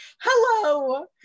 hello